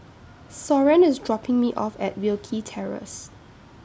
Soren IS dropping Me off At Wilkie Terrace